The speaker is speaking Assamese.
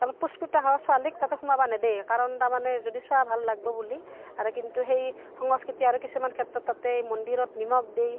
তাৰমানে পুষ্পিতা হোৱা ছোৱালীক তাতে সোমাব নেদে কাৰণ তাৰমানে যদি চুৱা ভাল লাগিব বুলি আৰু কিন্তু সেই সংস্কৃতি আৰু কিছুমান ক্ষেত্ৰত তাতে এই মন্দিৰত নিমখ দেই